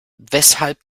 weshalb